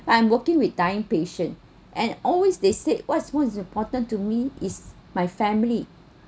I am working with dying patient and always they said what is most important to me is my family